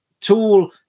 tool